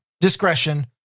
discretion